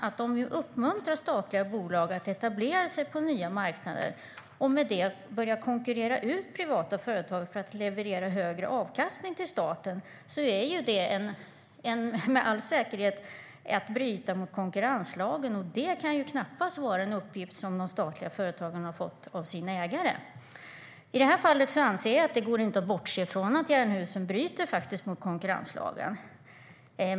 Om vi uppmuntrar statliga bolag att etablera sig på nya marknader, och de därmed börjar konkurrera ut privata företag för att leverera högre avkastning till staten, innebär det med all säkerhet att de bryter mot konkurrenslagen, vilket knappast kan vara en uppgift som de statliga företagen har fått av sina ägare. I detta fall anser jag att det inte går att bortse från att Jernhusen faktiskt bryter mot konkurrenslagen.